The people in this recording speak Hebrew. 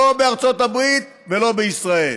לא בארצות הברית ולא בישראל.